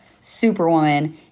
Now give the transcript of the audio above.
superwoman